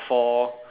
for